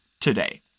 today